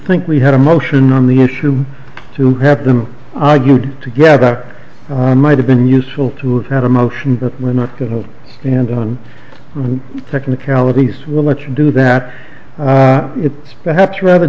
think we had a motion on the issue to have them argued together might have been useful to have a motion that we're not going to stand on technicalities we'll let you do that it's perhaps rather